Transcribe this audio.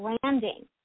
branding